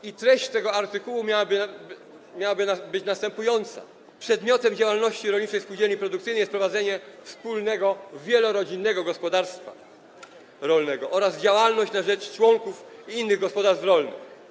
I treść tego artykułu miałaby być następująca: Przedmiotem działalności rolniczej spółdzielni produkcyjnej jest prowadzenie wspólnego, wielorodzinnego gospodarstwa rolnego oraz działalność na rzecz członków i innych gospodarstw rolnych.